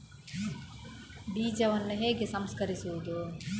ಬೀಜವನ್ನು ಹೇಗೆ ಸಂಸ್ಕರಿಸುವುದು?